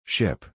Ship